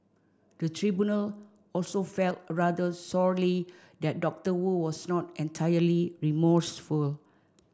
the tribunal also felt rather sorely that Dr Wu was not entirely remorseful